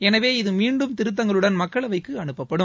எனவே இது மீண்டும் திருத்தங்களுடன் மக்களவைக்கு அனுப்பப்படும்